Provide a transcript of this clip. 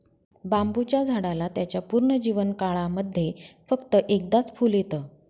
बांबुच्या झाडाला त्याच्या पूर्ण जीवन काळामध्ये फक्त एकदाच फुल येत